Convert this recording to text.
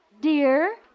dear